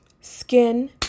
skin